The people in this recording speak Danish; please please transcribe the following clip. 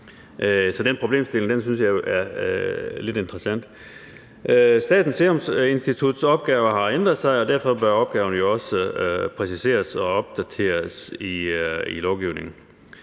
Så den problemstilling synes jeg er lidt interessant. Statens Serum Instituts opgaver har ændret sig, og derfor bør opgaverne jo også præciseres og opdateres i lovgivningen.